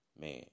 Man